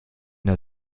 der